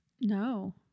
No